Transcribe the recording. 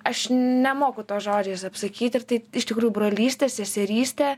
aš nemoku to žodžiais apsakyt ir tai iš tikrųjų brolystė seserystė